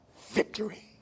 victory